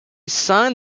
signed